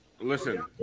Listen